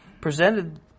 presented